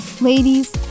Ladies